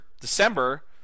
December